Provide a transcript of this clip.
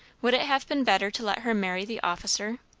would it have been better to let her marry the officer?